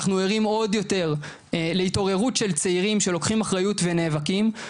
אנחנו ערים עוד יותר להתעוררות של צעירים שלוקחים אחריות ונאבקים.